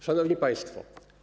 Szanowni Państwo!